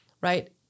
right